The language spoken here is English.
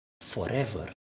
forever